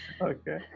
okay